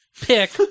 pick